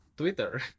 Twitter